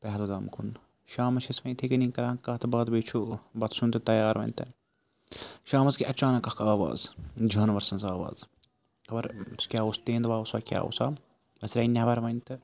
پَہلگام کُن شامَس چھِ أسۍ وۄنۍ یِتھَے کٔنی کَران کَتھ باتھ بیٚیہِ چھُ بَتہٕ سیُن تہِ تیار وۄنۍ تہٕ شامَس گٔے اچانک اَکھ آواز جانور سٕنٛز آواز خبر سُہ کیٛاہ اوس تینٛدوا اوسا کیٛاہ اوسا أسۍ درٛاے نٮ۪بَر وۄنۍ تہٕ